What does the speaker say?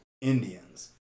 Indians